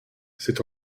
c’est